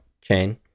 Chain